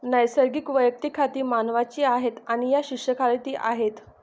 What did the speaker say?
नैसर्गिक वैयक्तिक खाती मानवांची आहेत आणि या शीर्षकाखाली ती आहेत